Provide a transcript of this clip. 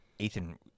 Ethan